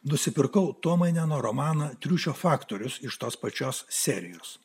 nusipirkau tuomaineno romaną triušio faktorius iš tos pačios serijos